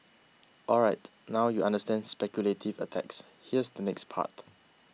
alright now you understand speculative attacks here's the next part